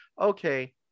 okay